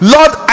Lord